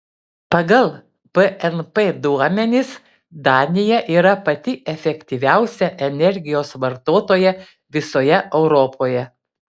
pagal bnp duomenis danija yra pati efektyviausia energijos vartotoja visoje europoje